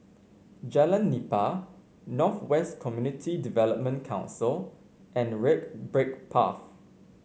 Jalan Nipah North West Community Development Council and Red Brick Path